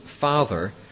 father